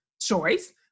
choice